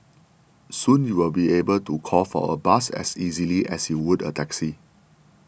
soon you will be able to call for a bus as easily as you would a taxi